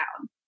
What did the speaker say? down